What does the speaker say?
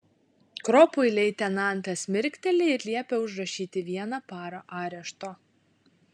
kropui leitenantas mirkteli ir liepia užrašyti vieną parą arešto